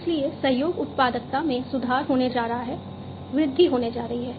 इसलिए सहयोग उत्पादकता में सुधार होने जा रहा है वृद्धि होने जा रही है